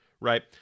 Right